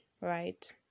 right